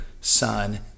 son